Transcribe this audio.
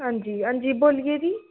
हांजी हांजी बोल्लो जी